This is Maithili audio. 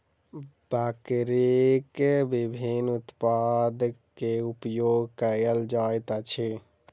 बकरीक विभिन्न उत्पाद के उपयोग कयल जाइत अछि